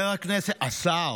השר